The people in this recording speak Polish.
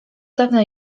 dawna